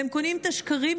והם קונים את השקרים